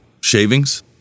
shavings